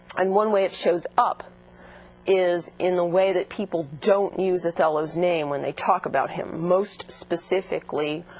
and one way it shows up is in the way that people don't use othello's name when they talk about him. most specifically.